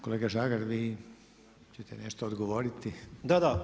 Kolega Žagar, vi ćete nešto odgovoriti?